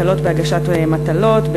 הקלות בהגשת מטלות,